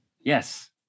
yes